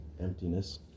Emptiness